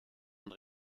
und